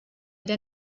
der